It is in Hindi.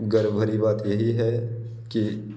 गर्व भरी बात यही कि